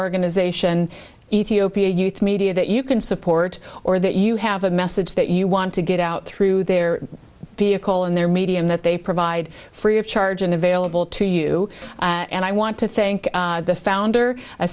organization ethiopia youth media that you can support or that you have a message that you want to get out through their vehicle and their medium that they provide free of charge and available to you and i want to thank the founder